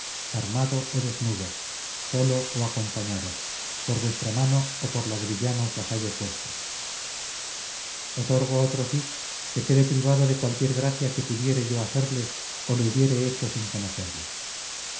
armado o desnudo solo o acompañado por vuestra mano o por la de villanos vasallos vuestros otorgo otro sí que quede privado de cualquier gracia que pudiere yo hacerle o le hubiere hecho sin conocerle